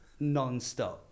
nonstop